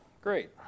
Great